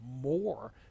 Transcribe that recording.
more